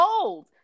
old